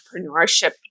entrepreneurship